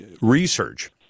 research